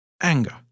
Anger